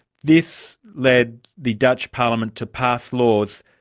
this led the dutch parliament to pass laws,